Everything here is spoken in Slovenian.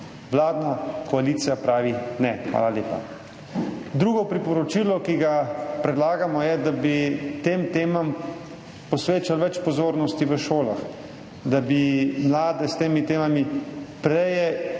Vladna koalicija pravi: ne, hvala lepa. Drugo priporočilo, ki ga predlagamo, je, da bi tem temam posvečali več pozornosti v šolah, da bi mlade s temi temami prej